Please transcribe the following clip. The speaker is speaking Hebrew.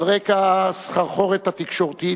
על רקע הסחרחורת התקשורתית,